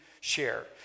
share